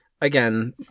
again